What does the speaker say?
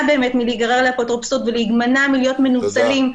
להימנע מלהיגרר לאפוטרופסות ולהימנע מלהיות מנוצלים.